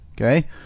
Okay